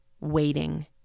waiting